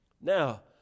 Now